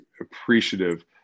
appreciative